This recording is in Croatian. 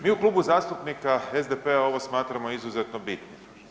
Mi u Klubu zastupnika SDP-a ovo smatramo izuzetno bitni.